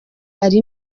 ari